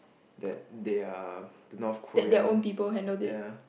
that they are North-Korean ya